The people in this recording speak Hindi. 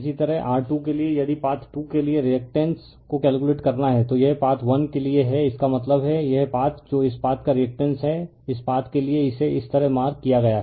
रिफर स्लाइड टाइम 1135 इसी तरह R2 के लिए यदि पाथ 2 के लिए रिअक्टेंस को कैलकुलेट करना है तो यह पाथ 1 के लिए है इसका मतलब है यह पाथ जो इस पाथ का रिअक्टेंस है इस पाथ के लिए इसे इस तरह मार्क किया गया है